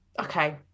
Okay